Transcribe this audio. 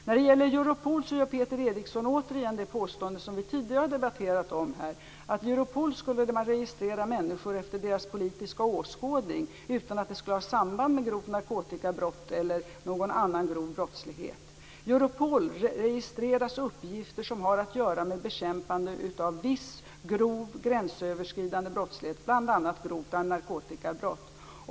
När det gäller Europol gör Peter Eriksson återigen det påstående som vi tidigare har debatterat om, att man i Europol skulle registrera människor efter deras politiska åskådning, utan att det skulle ha samband med grovt narkotikabrott eller någon annan grov brottslighet. I Europol registreras uppgifter som har att göra med bekämpande av viss grov gränsöverskridande brottslighet, bl.a. grova narkotikabrott.